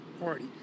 Party